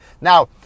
Now